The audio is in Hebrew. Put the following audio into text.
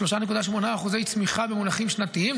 3.8% צמיחה במונחים שנתיים.